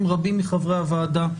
לתחושתי בשם רבים מחברי הוועדה,